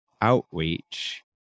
outreach